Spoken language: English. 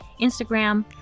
Instagram